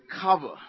cover